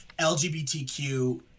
LGBTQ